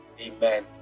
Amen